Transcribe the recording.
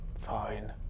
Fine